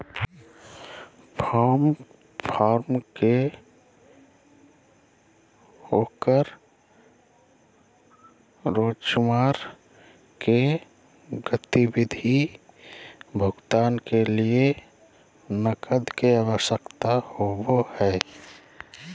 firm के ओकर रोजमर्रा के गतिविधि भुगतान के लिये नकद के आवश्यकता होबो हइ